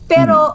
Pero